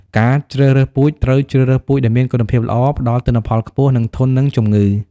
ការជ្រើសរើសពូជ ត្រូវជ្រើសរើសពូជដែលមានគុណភាពល្អ ផ្តល់ទិន្នផលខ្ពស់ និងធន់នឹងជំងឺ។